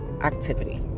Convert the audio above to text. activity